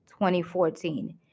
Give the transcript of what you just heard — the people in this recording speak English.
2014